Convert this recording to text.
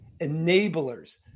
enablers